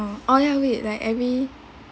oh ya wait like every